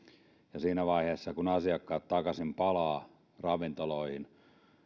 ja siinä vaiheessa kun asiakkaat palaavat takaisin ravintoloihin